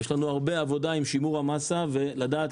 יש לנו הרבה עבודה עם שימור המסה ולדעת